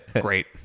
Great